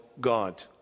God